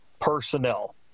personnel